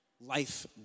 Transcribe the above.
life